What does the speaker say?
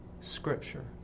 scripture